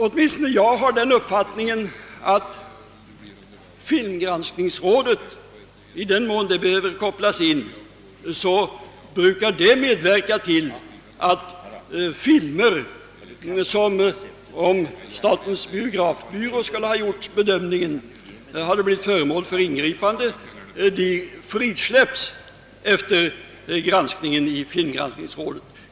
Åtminstone jag har den uppfattningen att filmgranskningsrådet, i den mån det behöver kopplas in, brukar medverka till att filmer frisläpps som skulle ha blivit föremål för ingripande, om statens biografbyrå hade stått för det slutliga avgörandet.